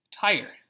tire